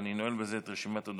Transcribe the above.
ואני נועל בזה את רשימת הדוברים.